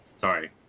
Sorry